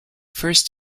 first